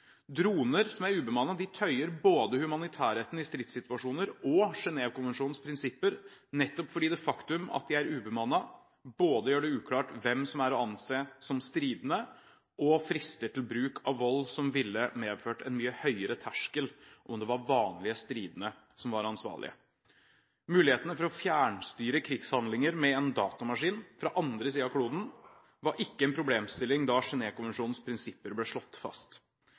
Droner, som er ubemannede, tøyer både humanitærretten i stridssituasjoner og Genèvekonvensjonens prinsipper, nettopp fordi det faktum at de er ubemannede både gjør det uklart hvem som er å anse som stridende, og frister til bruk av vold som ville medført en mye høyere terskel dersom det var vanlig stridende som var ansvarlig. Mulighetene for å fjernstyre krigshandlinger med en datamaskin fra andre siden av kloden var ikke en problemstilling da Genèvekonvensjonens prinsipper ble slått fast.